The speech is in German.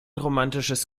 romatisches